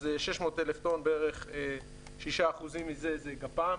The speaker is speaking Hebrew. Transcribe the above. אז 600,000 טון, בערך 6% מזה זה גפ"מ.